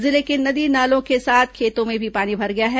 जिले के नदी नालों के साथ खेतों में भी पानी भर गया है